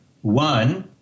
One